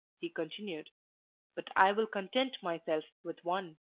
he continued but i will content myself with one.